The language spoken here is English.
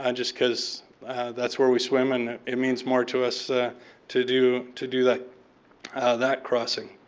and just because that's where we swim. and it means more to us to do to do that that crossing.